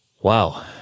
Wow